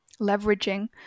leveraging